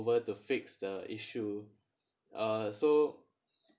over to fix the issue uh so